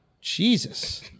Jesus